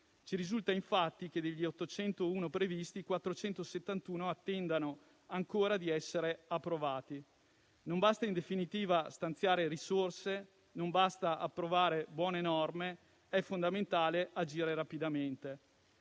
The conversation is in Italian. Ci risulta infatti che degli 801 previsti, 471 attendano ancora di essere approvati. Non basta in definitiva stanziare risorse, non basta approvare buone norme, è fondamentale agire rapidamente.